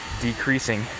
decreasing